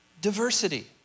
diversity